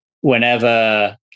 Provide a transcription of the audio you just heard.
whenever